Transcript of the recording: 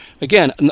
Again